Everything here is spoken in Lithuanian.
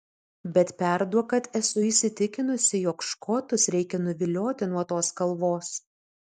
bet perduok kad esu įsitikinusi jog škotus reikia nuvilioti nuo tos kalvos